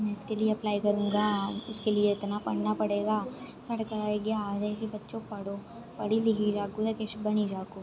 में इस के लिए अपलाई करुंगा उस के लेई इतना पढ़ना पड़ेगा साढ़े घरै दे इ'यै आखदे है कि बच्चो पढ़ो पढ़ी लिखी जागो ते किश बनी जागो